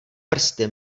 prsty